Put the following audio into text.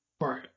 Right